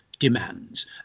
demands